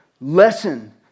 lesson